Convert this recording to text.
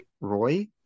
Roy